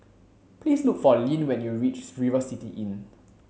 please look for Lyn when you reach River City Inn